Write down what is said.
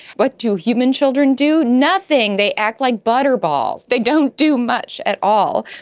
what do human children do? nothing. they act like butterballs, they don't do much at all.